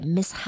Miss